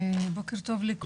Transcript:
בוקר טוב לכולם,